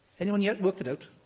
anyone yet worked it out?